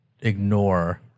Ignore